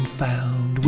found